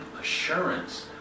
assurance